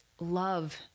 love